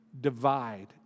divide